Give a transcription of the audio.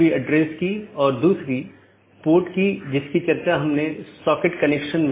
एक stub AS दूसरे AS के लिए एक एकल कनेक्शन है